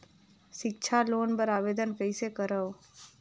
सिक्छा लोन बर आवेदन कइसे करव?